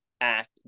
Act